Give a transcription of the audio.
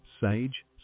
sage